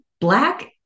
black